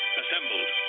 assembled